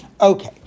Okay